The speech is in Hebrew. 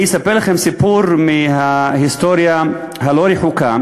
אני אספר לכם סיפור מההיסטוריה הלא-רחוקה,